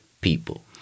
people